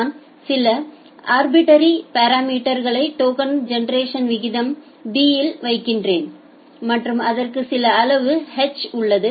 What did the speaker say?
நான் சில அா்பிட்டாி பாராமிட்டா்களை டோக்கன் ஜெனெரேஷன் விகிதம் b யில் வைக்கிறேன் மற்றும் அதற்கு சில அளவு h உள்ளது